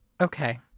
Okay